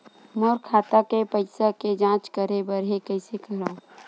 मोर खाता के पईसा के जांच करे बर हे, कइसे करंव?